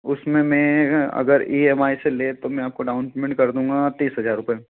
उसमें मैं अगर इ एम आई से लूँ तो मैं आपको डाउन पेमेंट कर दूँगा तीस हज़ार रूपये